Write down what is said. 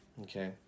okay